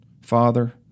father